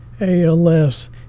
ALS